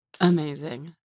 Amazing